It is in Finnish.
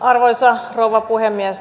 arvoisa rouva puhemies